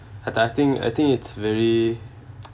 I I I think I think it's very